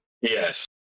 Yes